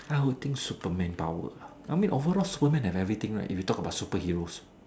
I would think Superman power lah I mean overall Superman has everything right if you talk about superheroes